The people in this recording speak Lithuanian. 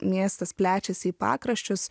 miestas plečiasi į pakraščius